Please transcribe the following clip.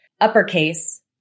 uppercase